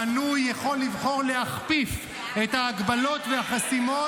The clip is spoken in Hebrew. המנוי יכול לבחור להכפיף את ההגבלות והחסימות